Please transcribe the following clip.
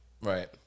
Right